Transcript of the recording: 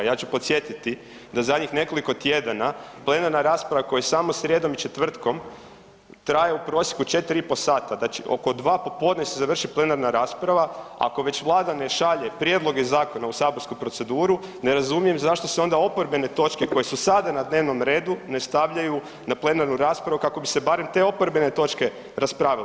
Ja ću podsjetiti da zadnjih nekoliko tjedana plenarna rasprava koja je samo srijedom i četvrtkom traje u prosjeku 4,5 sata, oko 2 popodne se završi plenarna rasprava ako već Vlada ne šalje prijedloge zakona u saborsku proceduru, ne razumijem zašto se onda oporbene točke koje su sada na dnevnom redu ne stavljaju na plenarnu raspravu kako bi se barem te oporbene točke raspravile.